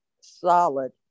solid